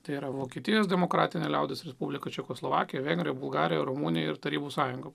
tai yra vokietijos demokratinė liaudies respublika čekoslovakija vengrija bulgarija rumunija ir tarybų sąjunga